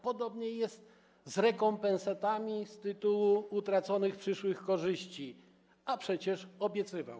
Podobnie jest z rekompensatami z tytułu utraconych przyszłych korzyści, a przecież pan obiecywał.